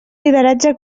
lideratge